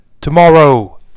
tomorrow